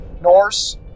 Norse